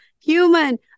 human